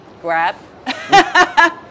Grab